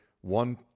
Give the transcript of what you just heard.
one